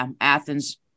Athens